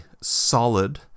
solid